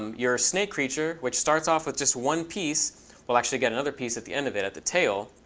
um you're a snake creature which starts off with just one piece will actually get another piece at the end of it at the tail,